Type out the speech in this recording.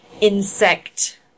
insect